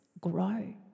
grow